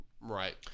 Right